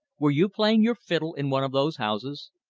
were you playing your fiddle in one of those houses?